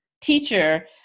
teacher